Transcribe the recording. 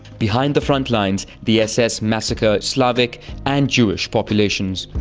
behind the front lines, the ss massacre slavic and jewish populations.